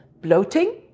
bloating